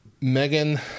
Megan